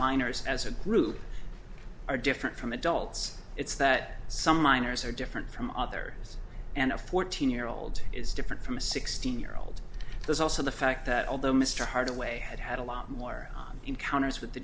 minors as a group are different from adults it's that some minors are different from others and a fourteen year old is different from a sixteen year old there's also the fact that although mr hardaway had had a lot more encounters with the